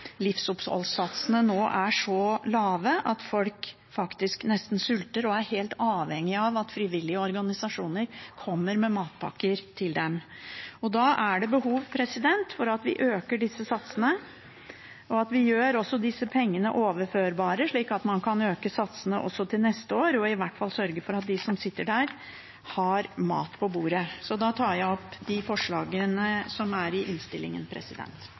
livsoppholdssatsene nå er så lave at folk faktisk nesten sulter og er helt avhengige av at frivillige organisasjoner kommer med matpakker til dem. Da er det behov for at vi øker disse satsene, og at vi også gjør disse pengene overførbare, slik at man kan øke satsene også til neste år og i hvert fall sørge for at de som sitter der, har mat på bordet. Jeg tar opp de forslagene som er i innstillingen.